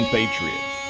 Patriots